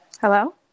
Hello